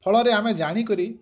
ଫଳରେ ଆମେ ଜାଣିକରି